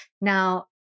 Now